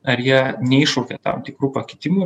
ar jie neiššaukia tam tikrų pakitimų